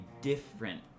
different